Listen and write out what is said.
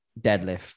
deadlift